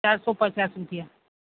ચારસો પચાસ રૂપિયા